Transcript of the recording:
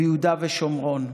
ביהודה ושומרון.